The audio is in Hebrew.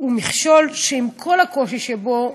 הוא מכשול שעם כל הקושי שבו,